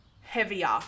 heavier